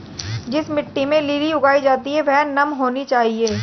जिस मिट्टी में लिली उगाई जाती है वह नम होनी चाहिए